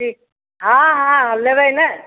ठीक हाँ हाँ लेबै नहि